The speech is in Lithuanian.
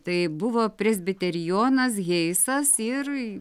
tai buvo presbiterijonas heisas ir